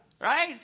Right